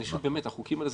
החוקים האלה,